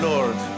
Lord